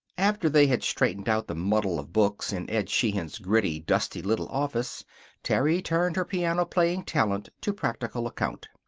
after they had straightened out the muddle of books in ed sheehan's gritty, dusty little office terry turned her piano-playing talent to practical account.